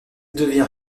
devient